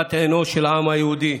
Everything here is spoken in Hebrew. בבת עינו של העם היהודי.